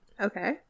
Okay